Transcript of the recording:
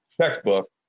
textbook